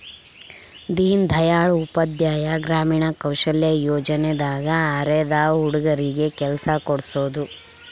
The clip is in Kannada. ದೀನ್ ದಯಾಳ್ ಉಪಾಧ್ಯಾಯ ಗ್ರಾಮೀಣ ಕೌಶಲ್ಯ ಯೋಜನೆ ದಾಗ ಅರೆದ ಹುಡಗರಿಗೆ ಕೆಲ್ಸ ಕೋಡ್ಸೋದ